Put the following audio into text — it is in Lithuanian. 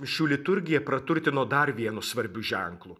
mišių liturgiją praturtino dar vienu svarbiu ženklu